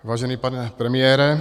Vážený pane premiére.